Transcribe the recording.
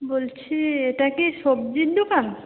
বলছি এটা কি সবজির দোকান